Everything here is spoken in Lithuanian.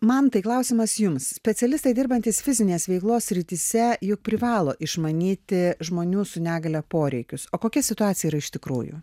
mantai klausimas jums specialistai dirbantys fizinės veiklos srityse juk privalo išmanyti žmonių su negalia poreikius o kokia situacija yra iš tikrųjų